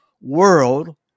world